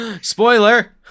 Spoiler